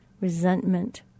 resentment